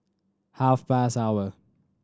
half past hour